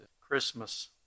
Christmas